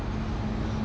ya